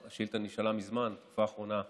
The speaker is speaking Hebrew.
שתוכנן למספר עוברים נמוך בהרבה מזה שעוברים כיום: